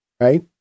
right